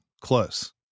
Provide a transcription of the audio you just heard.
close